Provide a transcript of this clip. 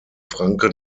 francke